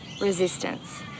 resistance